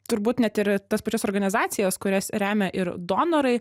turbūt net ir tas pačias organizacijas kurias remia ir donorai